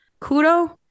kudo